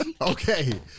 Okay